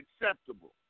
acceptable